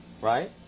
Right